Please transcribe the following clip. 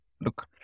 look